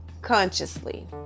consciously